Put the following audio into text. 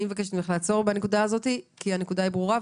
אני מבקשת ממך לעצור בנקודה הזאת כי הנקודה ברורה.